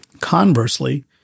Conversely